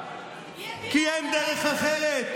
כי אין דרך אחרת,